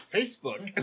Facebook